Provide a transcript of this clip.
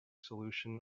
solution